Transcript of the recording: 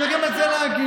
צריך גם את זה להגיד.